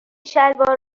شلوار